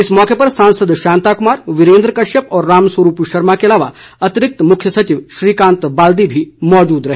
इस मौके पर सांसद शांता कुमार वीरेन्द्र कश्यप और राम स्वरूप शर्मा के अलावा अतिरिक्त मुख्य सचिव श्रीकांत बाल्दी भी मौजूद रहे